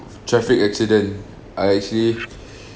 traffic accident I actually